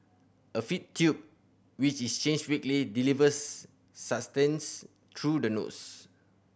a feed tube which is changed weekly delivers sustenance through the nose